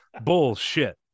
Bullshit